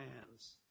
hands